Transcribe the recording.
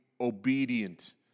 obedient